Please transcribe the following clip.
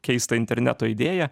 keistą interneto idėją